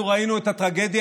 אנחנו ראינו את הטרגדיה,